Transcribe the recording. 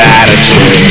attitude